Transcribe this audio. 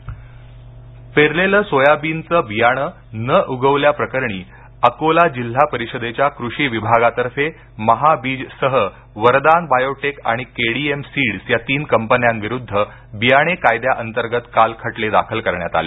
soybean पेरलेलं सोयाबीनचं बियाणं न उगवल्या प्रकरणी अकोला जिल्हा परिषदेच्या कृषी विभागातर्फे महाबीजसह वरदान बायोटेकआणि केडीएम सीड्स या तीन कंपन्यांविरुद्ध बियाणे कायद्यांतर्गत काल खटले दाखल करण्यात आले